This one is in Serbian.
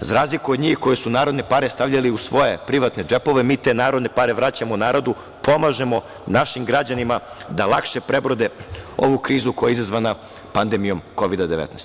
za razliku od njih koji su narodne pare stavljali u svoje, privatne džepove, mi te narodne pare vraćamo narodu, pomažemo našim građanima da lakše prebrode ovu krizu koja je izazvana pandemijom Kovida-19.